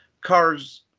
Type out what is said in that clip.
cars